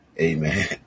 Amen